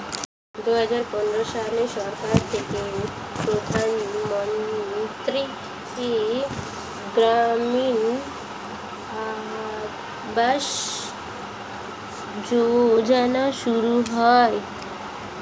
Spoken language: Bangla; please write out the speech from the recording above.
দুহাজার পনেরো সালে সরকার থেকে প্রধানমন্ত্রী গ্রামীণ আবাস যোজনা শুরু হয়